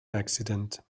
accident